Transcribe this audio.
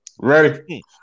Ready